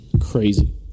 Crazy